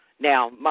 Now